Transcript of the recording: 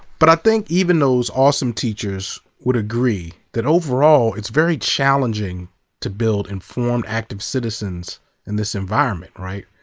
but i think even those awesome teachers would agree that overall it's very challenging to build informed active citizens in this environment, right?